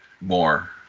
more